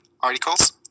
articles